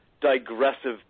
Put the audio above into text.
digressive